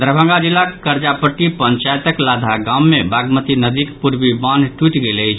दरभंगा जिलाक करजापट्टी पंचायतक लाधा गाम मे बागमती नदीक पूर्वी बान्ह टूटि गेल अछि